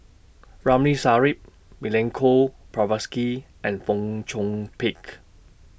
Ramli Sarip Milenko Prvacki and Fong Chong Pik